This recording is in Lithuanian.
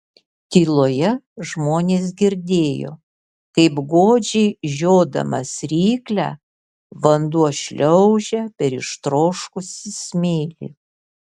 tyloje žmonės girdėjo kaip godžiai žiodamas ryklę vanduo šliaužia per ištroškusį smėlį